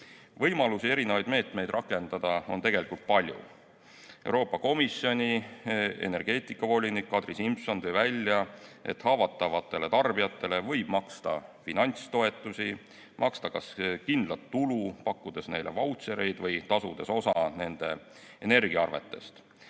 Võimalusi erinevaid meetmeid rakendada on tegelikult palju. Euroopa Komisjoni energeetikavolinik Kadri Simson tõi välja, et haavatavatele tarbijatele võib maksta finantstoetusi, maksta kas kindlat tulu, pakkuda neile vautšereid või tasuda osa nende energiaarvetest.